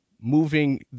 moving